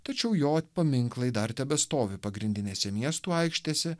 tačiau jo paminklai dar tebestovi pagrindinėse miestų aikštėse